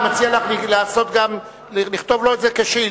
ואני מציע לך לכתוב לו את זה כשאילתא.